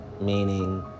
meaning